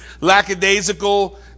lackadaisical